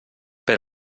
per